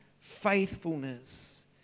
faithfulness